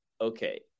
okay